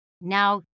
Now